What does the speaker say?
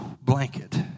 blanket